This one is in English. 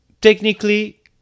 Technically